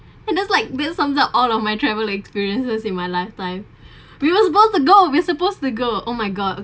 and those like real sums up all of my travel experiences in my lifetime we was supposed to go was supposed to go oh my god